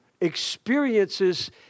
experiences